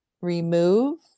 remove